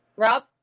Rob